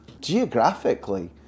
Geographically